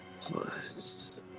Plus